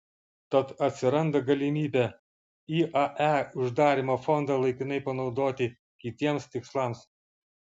tad atsiranda galimybė iae uždarymo fondą laikinai panaudoti kitiems tikslams